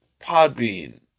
Podbean